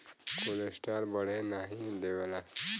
cholesterol बढ़े नाही देवला